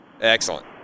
Excellent